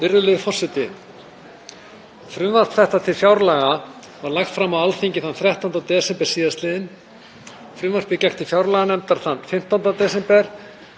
Virðulegur forseti. Frumvarp til fjáraukalaga var lagt fram á Alþingi þann 13. desember síðastliðinn. Frumvarpið gekk til fjárlaganefndar þann 15. desember